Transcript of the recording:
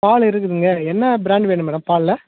பால் இருக்குதுங்க என்ன ப்ராண்ட் வேணும் மேடம் பால்ல